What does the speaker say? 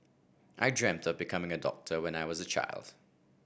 I dreamt of becoming a doctor when I was a child